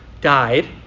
died